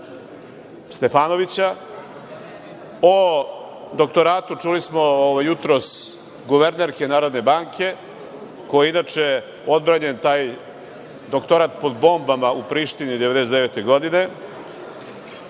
Stefanovića, o doktoratu, čuli smo jutros, guvernerke Narodne banke, koji je inače odbranjen taj doktorat pod bombama u Prištini 1999. godine,